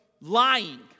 lying